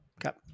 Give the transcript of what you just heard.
got